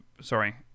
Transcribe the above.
Sorry